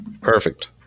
Perfect